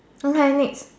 okay next